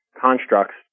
constructs